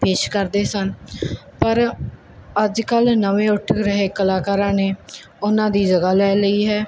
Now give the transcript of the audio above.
ਪੇਸ਼ ਕਰਦੇ ਸਨ ਪਰ ਅੱਜ ਕੱਲ ਨਵੇਂ ਉੱਠ ਰਹੇ ਕਲਾਕਾਰਾਂ ਨੇ ਉਹਨਾਂ ਦੀ ਜਗ੍ਹਾ ਲੈ ਲਈ ਹੈ